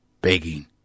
begging